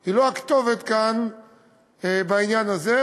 היא לא הכתובת בעניין הזה,